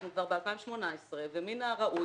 אנחנו כבר ב-2018 ומן הראוי